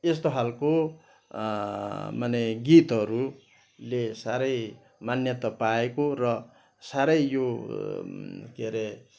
यस्तो खालको माने गीतहरूले साह्रै मान्यता पाएको र साह्रै यो के रे